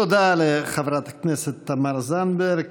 תודה לחברת הכנסת תמר זנדברג.